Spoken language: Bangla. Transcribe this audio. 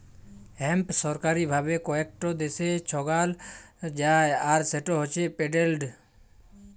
হেম্প সরকারি ভাবে কয়েকট দ্যাশে যগাল যায় আর সেট হছে পেটেল্টেড